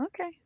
Okay